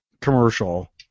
commercial